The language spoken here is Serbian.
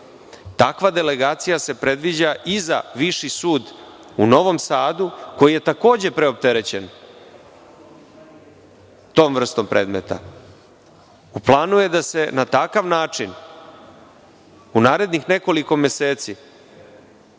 takva delegacija se predviđa i za Viši sud u Novom Sadu koji je takođe preopterećen tom vrstom predmeta. U planu je da se na takav način u narednih nekoliko meseci